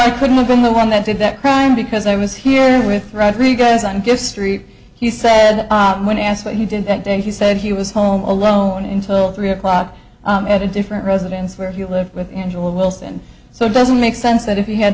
i could have been the one that did that crime because i was here with rodriguez and give st he said when asked what he did that day he said he was home alone until three o'clock at a different residence where you live with angela wilson so it doesn't make sense that if he had